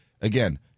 again